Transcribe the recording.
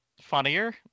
funnier